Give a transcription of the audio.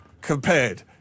compared